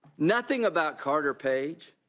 nothing about carter page,